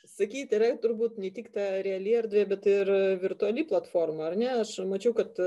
sakyti yra turbūt ne tik ta reali erdvė bet ir virtuali platforma ar ne aš mačiau kad